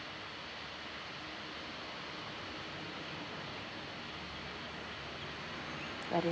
are they